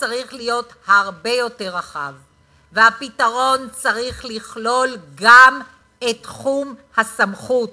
צריך לדאוג לפתרון כולל ל"הדסה",